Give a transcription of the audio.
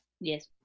Yes